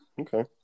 Okay